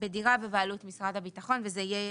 בדירה בבעלות משרד הביטחון וזה יהיה